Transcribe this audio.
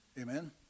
Amen